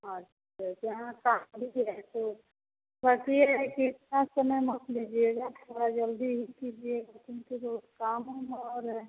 अच्छा तो यहाँ शादी भी है तो बाकी ये है कि इतना समय मत लीजिएगा थोड़ा जल्दी ही कीजिएगा क्योंकि जो काम है ना और है